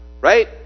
Right